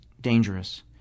dangerous